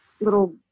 little